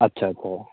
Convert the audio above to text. अच्छा अच्छा